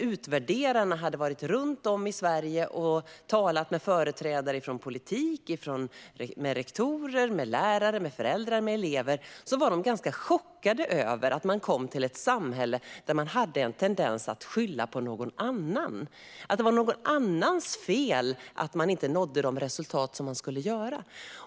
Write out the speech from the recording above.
Utvärderarna hade varit runt i Sverige och talat med företrädare från politiken och med rektorer, lärare, föräldrar och elever. De var ganska chockade över att komma till ett samhälle där man hade en tendens att skylla på någon annan - att det var någon annans fel att man inte nådde de resultat man skulle.